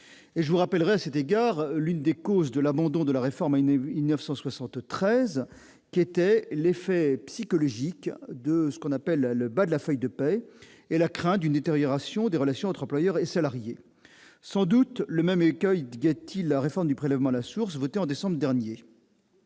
je rappellerai que l'une des causes de l'abandon de la réforme en 1973 était l'effet psychologique du « bas de la feuille de paie » et la crainte d'une détérioration des relations entre employeurs et salariés. Sans doute le même écueil guette-t-il la réforme du prélèvement à la source votée en décembre dernier.